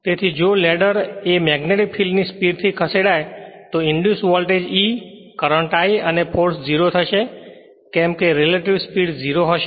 તેથી જો લેડર એ મેગ્નીટિક ફિલ્ડ ની સ્પીડ થી ખસેડાય તો induce voltage E current I અને ફોર્સ 0 થશે કેમ કે રેલેટીવ સ્પીડ 0 હશે